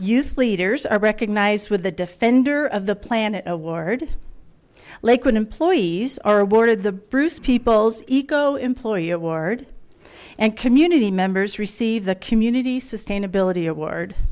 use leaders are recognized with the defender of the planet award lakewood employees are awarded the bruce people's eco employee award and community members receive the community sustainability award